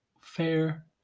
Fair